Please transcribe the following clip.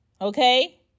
okay